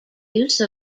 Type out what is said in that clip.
use